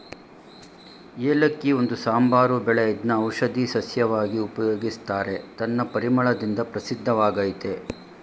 ಏಲಕ್ಕಿ ಒಂದು ಸಾಂಬಾರು ಬೆಳೆ ಇದ್ನ ಔಷಧೀ ಸಸ್ಯವಾಗಿ ಉಪಯೋಗಿಸ್ತಾರೆ ತನ್ನ ಪರಿಮಳದಿಂದ ಪ್ರಸಿದ್ಧವಾಗಯ್ತೆ